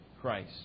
Christ